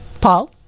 Paul